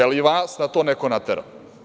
Je li i vas na to neko naterao?